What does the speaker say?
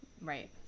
Right